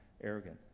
arrogant